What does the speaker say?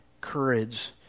courage